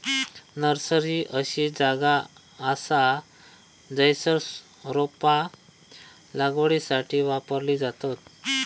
nursery अशी जागा असा जयसर रोपा लागवडीसाठी वापरली जातत